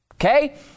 Okay